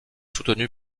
soutenu